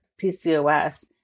PCOS